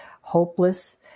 hopeless